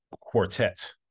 quartet